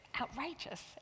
outrageous